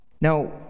Now